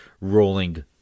rolling